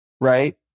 right